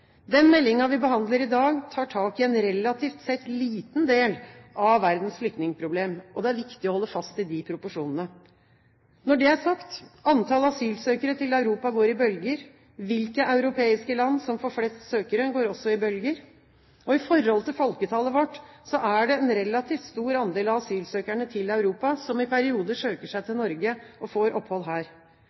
Den meldingen vi behandler i dag, tar tak i en relativt sett liten del av verdens flyktningproblem, og det er viktig å holde fast ved de proporsjonene. Når det er sagt: Antall asylsøkere til Europa går i bølger. Hvilke europeiske land som får flest søkere, går også i bølger. I forhold til folketallet vårt er det en relativt stor andel av asylsøkerne til Europa som i perioder søker seg til Norge og får opphold her.